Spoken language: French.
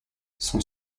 son